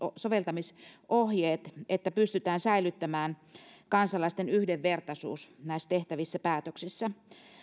soveltamisohjeet jotta pystytään säilyttämään kansalaisten yhdenvertaisuus näissä tehtävissä päätöksissä